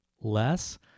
less